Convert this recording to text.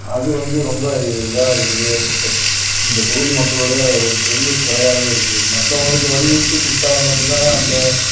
அது வந்து ரொம்ப இதாகிருக்குது இப்போ இந்த தொகுதி மக்களுடைய ஒரு பெரிய குறையாவே இருக்குது மற்றவங்களுக்கு வழி விட்டு கொடுத்தா மட்டும் தானே அந்த